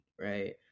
right